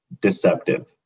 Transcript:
deceptive